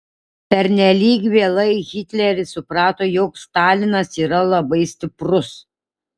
pernelyg vėlai hitleris suprato jog stalinas yra labai stiprus